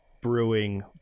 brewing